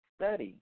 study